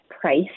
price